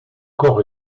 corps